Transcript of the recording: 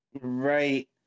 Right